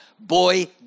boy